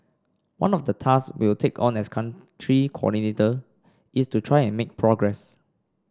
one of the tasks we'll take on as Country Coordinator is to try and make progress